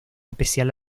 especial